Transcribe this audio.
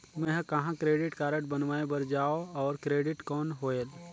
मैं ह कहाँ क्रेडिट कारड बनवाय बार जाओ? और क्रेडिट कौन होएल??